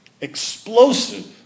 explosive